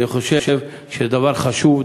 אני חושב שזה דבר חשוב,